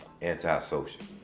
anti-social